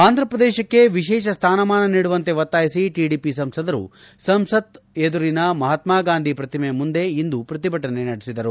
ಆಂಧ್ರಪ್ರದೇಶಕ್ಕೆ ವಿಶೇಷ ಸ್ವಾನಮಾನ ನೀಡುವಂತೆ ಒತ್ತಾಯಿಸಿ ಟಿಡಿಪಿ ಸಂಸದರು ಸಂಸತ್ ಎದುರಿನ ಮಹತ್ವಾಗಾಂಧಿ ಪ್ರತಿಮೆ ಮುಂದೆ ಇಂದು ಪ್ರತಿಭಟನೆ ನಡೆಸಿದರು